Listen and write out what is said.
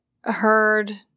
heard